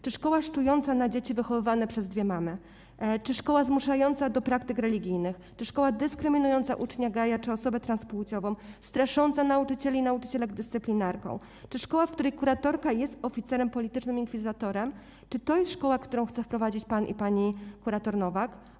Czy szkoła szczująca na dzieci wychowywane przez dwie mamy, szkoła zmuszająca do praktyk religijnych, szkoła dyskryminująca ucznia geja czy osobę transpłciową, strasząca nauczycieli i nauczycielki dyscyplinarką, szkoła, w której kuratorka jest oficerem politycznym, inkwizytorem, jest szkołą, którą chce wprowadzić pan i pani kurator Nowak?